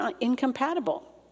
incompatible